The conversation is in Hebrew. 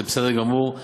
זה בסדר גמור.